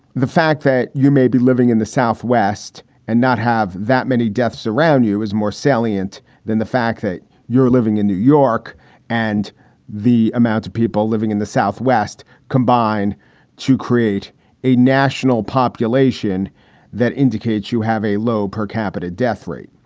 the fact that you may be living in the southwest and not have that many deaths around you is more salient than the fact that you're living in new york and the amount of people living in the southwest combined to create a national population that indicates you have a low per capita death rate.